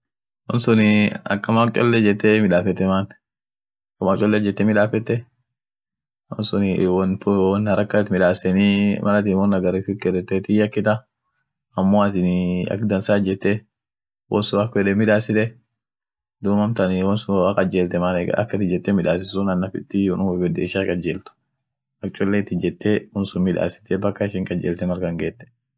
Itailandini ada ishiani tok ta diniat amine won duranitif iyo sagale dini ishianii gudate ak asilimia sagaltama shanin woniai Butizim deravata butizim yeden dum akishin inama salamtit jiraa maka ishia wai yeden dum woni tok sanuk yedeni ishisun guyaa kes tabetennit jiraai sabaisabai jiraa dum amineni guyaa kolfat Jira amine guya sagale wotjiebiani.sagale nyatat jiraai